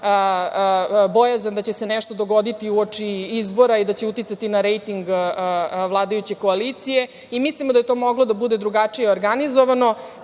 bojazan da će se nešto dogoditi uoči izbora i da će uticati na rejting vladajuće koalicije. Mislimo da je to moglo da bude drugačije organizovano. Čini